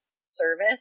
service